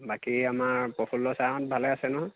বাকী আমাৰ প্ৰফুল্ল ছাৰহঁত ভালে আছে নহয়